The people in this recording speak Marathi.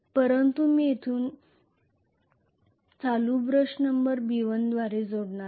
परंतु मी येथून करंट ब्रश नंबर B1 द्वारे जोडणार आहे